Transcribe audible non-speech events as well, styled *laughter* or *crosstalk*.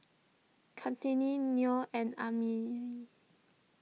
Kartini Nor and Ammir *noise*